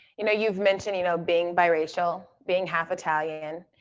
you know, you've mentioned, you know, being biracial, being half-italian,